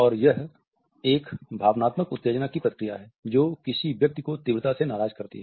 और यह एक भावनात्मक उत्तेजना की प्रतिक्रिया है जो किसी व्यक्ति को तीव्रता से नाराज़ करती है